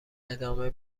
ادامه